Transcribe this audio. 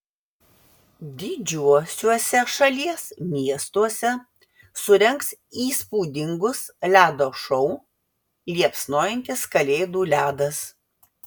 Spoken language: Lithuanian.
didžiuosiuose šalies miestuose surengs įspūdingus ledo šou liepsnojantis kalėdų ledas